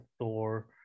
Thor